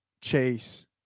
Chase